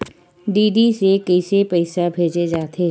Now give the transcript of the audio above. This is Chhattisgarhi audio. डी.डी से कइसे पईसा भेजे जाथे?